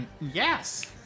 Yes